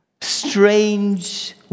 Strange